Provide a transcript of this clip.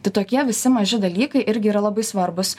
tai tokie visi maži dalykai irgi yra labai svarbūs